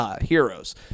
heroes